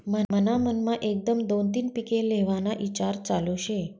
मन्हा मनमा एकदम दोन तीन पिके लेव्हाना ईचार चालू शे